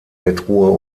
bettruhe